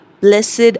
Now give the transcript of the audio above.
blessed